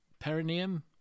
perineum